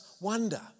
wonder